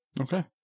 okay